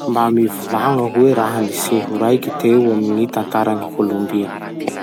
Mba mivolagna hoe raha-niseho raiky teo amy gny tantaran'i Kolombia?